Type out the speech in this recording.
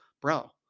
Bro